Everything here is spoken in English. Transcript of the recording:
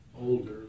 older